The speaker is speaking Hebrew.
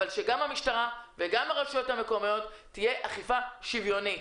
אבל שגם במשטרה וגם ברשויות המקומיות צריכה להיות אכיפה שוויונית.